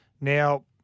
Now